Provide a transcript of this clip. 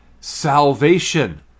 salvation